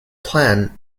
plan